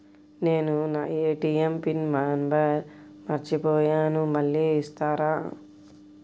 నేను నా ATM pin number మర్చిపోయాను మళ్ళీ ఇస్తారా?